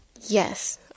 Yes